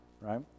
right